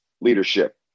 leadership